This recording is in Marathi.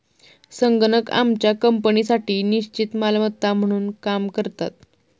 संगणक आमच्या कंपनीसाठी निश्चित मालमत्ता म्हणून काम करतात